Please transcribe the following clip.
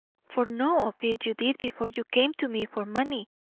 for know of it you did before you came to me for money.